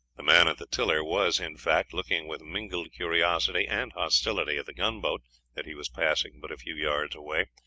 the man at the tiller was in fact, looking, with mingled curiosity and hostility, at the gunboat that he was passing but a few yards away,